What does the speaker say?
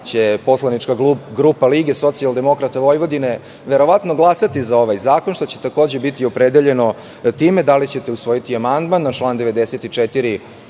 će poslanička grupa LSV verovatno glasati za ovaj zakon, što će takođe biti opredeljeno time da li ćete usvojiti amandman na član 94.